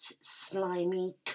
slimy